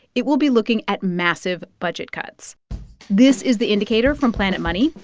it will be looking at massive budget cuts this is the indicator from planet money.